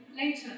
Later